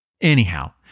Anyhow